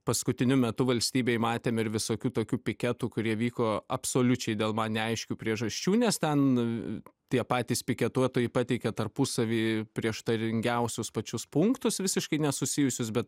paskutiniu metu valstybėj matėme ir visokių tokių piketų kurie vyko absoliučiai dėl man neaiškių priežasčių nes ten tie patys piketuotojai pateikė tarpusavy prieštaringiausius pačius punktus visiškai nesusijusius bet